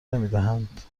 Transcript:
نمیدهند